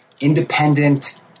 independent